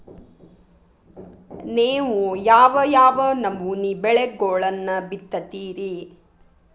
ನೇವು ಯಾವ್ ಯಾವ್ ನಮೂನಿ ಬೆಳಿಗೊಳನ್ನ ಬಿತ್ತತಿರಿ?